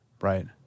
Right